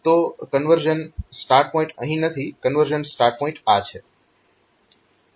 તો conversion start point અહીં નથી કન્વર્ઝન સ્ટાર્ટ પોઈન્ટ આ છે